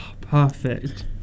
Perfect